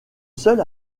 seul